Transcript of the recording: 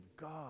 God